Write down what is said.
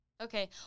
Okay